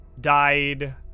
died